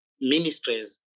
ministries